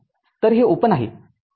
तर हे ओपन आहे